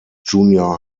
junior